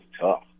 tough